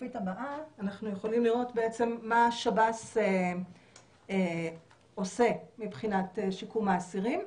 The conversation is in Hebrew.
בשקופית הבאה אנחנו יכולים לראות מה שב"ס עושה מבחינת שיקום האסירים.